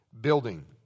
building